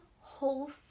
whole